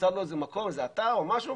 אוקיי.